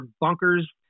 bunkers